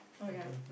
oh ya